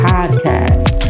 Podcast